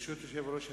ברשות יושב-ראש הכנסת,